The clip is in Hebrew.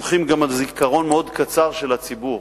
סומכים על זיכרון מאוד קצר של הציבור